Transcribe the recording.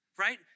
right